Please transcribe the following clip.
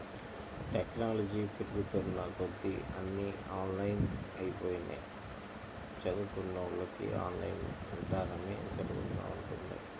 technology పెరుగుతున్న కొద్దీ అన్నీ ఆన్లైన్ అయ్యిపోతన్నయ్, చదువుకున్నోళ్ళకి ఆన్ లైన్ ఇదానమే సులభంగా ఉంటది